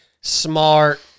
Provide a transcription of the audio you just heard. smart